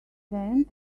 stand